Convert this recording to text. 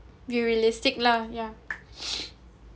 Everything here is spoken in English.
be realistic lah ya